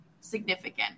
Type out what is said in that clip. significant